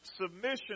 Submission